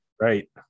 right